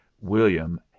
William